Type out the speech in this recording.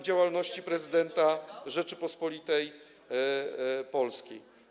działalności prezydenta Rzeczypospolitej Polskiej.